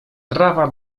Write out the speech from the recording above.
trawa